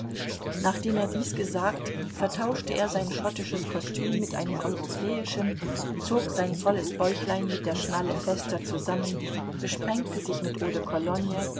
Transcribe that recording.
nachdem er dies gesagt vertauschte er sein schottisches kostüm mit einem europäischen zog sein volles bäuchlein mit der schnalle fester zusammen besprengte sich mit eau de cologne